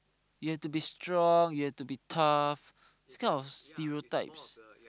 you have to be strong you have to be tough